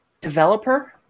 developer